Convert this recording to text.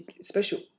special